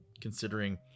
considering